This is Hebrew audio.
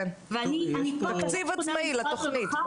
ואני פה אומרת,